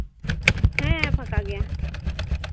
ᱦᱮᱸ ᱯᱷᱟᱠᱟ ᱜᱮᱭᱟ